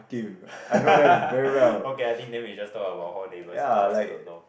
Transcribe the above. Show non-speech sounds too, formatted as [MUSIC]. [LAUGHS] okay I think then we just talk about hall neighbours ah I also don't know